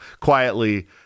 quietly